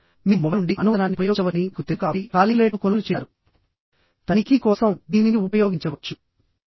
మీరు మొబైల్ నుండి అనువర్తనాన్ని ఉపయోగించవచ్చని మీకు తెలుసు కాబట్టి కాలిక్యులేటర్ను కొనుగోలు చేసారు తనిఖీ కోసం దీనిని ఉపయోగించవచ్చు